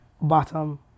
bottom